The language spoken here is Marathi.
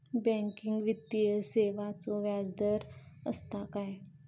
बँकिंग वित्तीय सेवाचो व्याजदर असता काय?